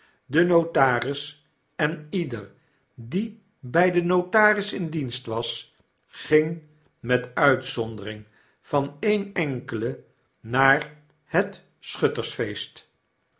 de notaris en ieder die bij den notaris in dienst was ging met uitzondering van ee'n enkelen naar het schuttersfeest